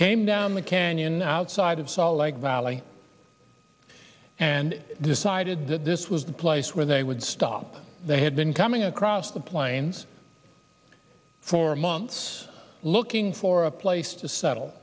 came down the canyon outside of salt like valley and decided that this was the place where they would stop they had been coming across the plains for months looking for a place to settle